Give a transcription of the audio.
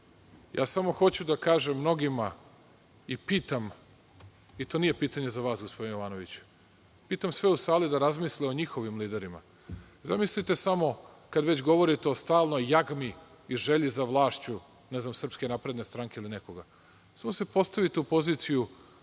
ja samo hoću da kažem mnogima i pitam, to nije pitanje za vas, gospodine Jovanoviću, pitam sve u sali da razmisle o njihovim liderima. Zamislite samo, kada već govorite o stalnoj jagmi i želji za vlašću, ne znam, SNS ili već koga, samo se postavite u poziciju